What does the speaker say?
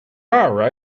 are